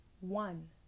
one